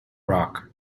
rock